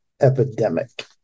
Epidemic